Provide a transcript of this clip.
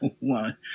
One